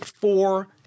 four